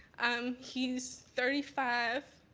um he's thirty five,